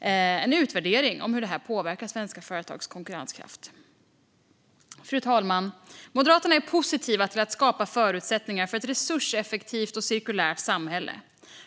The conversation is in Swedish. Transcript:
en utvärdering av hur detta påverkar svenska företags konkurrenskraft. Fru talman! Moderaterna är positiva till att skapa förutsättningar för ett resurseffektivt och cirkulärt samhälle.